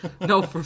No